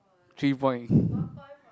three point